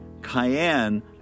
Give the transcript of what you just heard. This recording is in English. cayenne